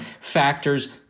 factors